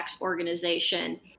organization